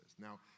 Now